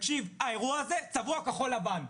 האירוע הזה צבוע בצבעי כחול לבן.